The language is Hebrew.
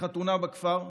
בחתונה בכפר,